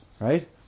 right